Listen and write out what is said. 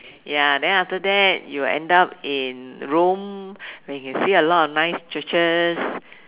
ya then after that you will end up in Rome where you can see a lot of nice churches